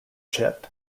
chip